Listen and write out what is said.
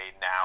now